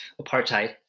apartheid